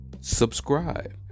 Subscribe